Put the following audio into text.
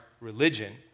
religion